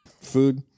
Food